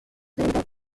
tempo